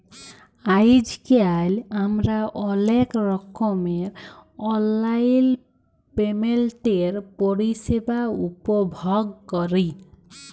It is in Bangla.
আইজকাল আমরা অলেক রকমের অললাইল পেমেল্টের পরিষেবা উপভগ ক্যরি